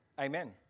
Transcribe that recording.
amen